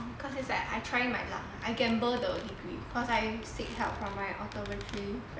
cause it's like I try my luck I gamble the degree cause I seek help from my optometry friend